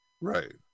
Right